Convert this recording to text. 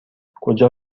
کجا